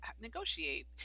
negotiate